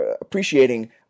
appreciating